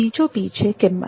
બીજો P છે કિંમત